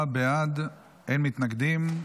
עשרה בעד, אין מתנגדים.